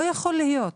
לא יכול להיות.